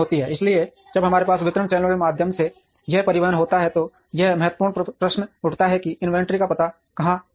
इसलिए जब हमारे पास वितरण चैनलों के माध्यम से यह परिवहन होता है तो यह महत्वपूर्ण प्रश्न उठता है कि मैं इन्वेंट्री का पता कहां लगाऊं